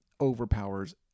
overpowers